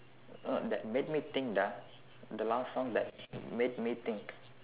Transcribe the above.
no that made me think the last song that made me think